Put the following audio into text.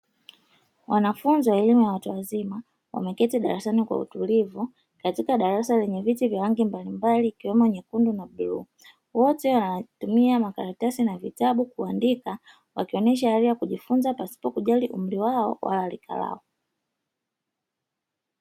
Wanafunzi wa elimu ya watu wazima, wameketi darasani kwa utulivu katika darasa lenye viti vya rangi mbalimbali ikiwemo nyekundu na bluu. Wote wanatumia makaratasi na vitabu kuandika, wakionyesha hali ya kujifunza pasipo kujali umri wao wala rika lao.